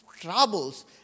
troubles